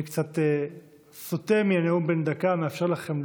אני קצת סוטה מהנאום בן דקה ומאפשר לכם,